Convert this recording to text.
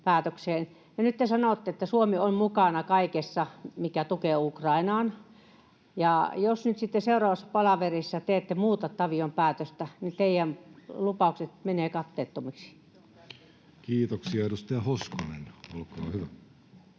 Nyt te sanotte, että Suomi on mukana kaikessa, mikä tukee Ukrainaa. Jos nyt sitten seuraavassa palaverissa te ette muuta Tavion päätöstä, niin teidän lupaukset menevät katteettomiksi. [Speech 303] Speaker: